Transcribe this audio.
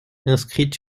inscrite